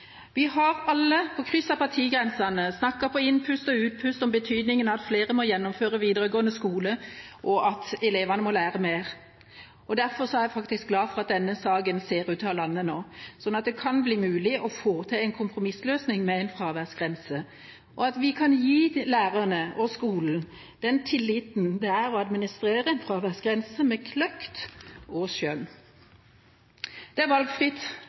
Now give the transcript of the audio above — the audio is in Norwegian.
Vi har alle, på kryss av partigrensene, snakket på innpust og utpust om betydningen av at flere må gjennomføre videregående skole, og at elevene må lære mer. Derfor er jeg faktisk glad for at denne saken ser ut til å lande nå, sånn at det kan bli mulig å få til en kompromissløsning med en fraværsgrense, og at vi kan gi lærerne og skolen den tilliten det er å administrere en fraværsgrense med kløkt og skjønn. Det er valgfritt